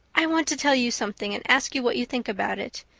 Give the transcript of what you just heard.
i want to tell you something and ask you what you think about it.